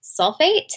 sulfate